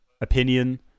opinion